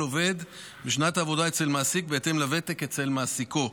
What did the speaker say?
עובד בשנת עבודה אצל מעסיק בהתאם לוותק אצל מעסיקו.